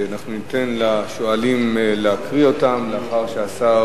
ניתן לשואלים להקריא אותן, לאחר שהשר